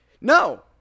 No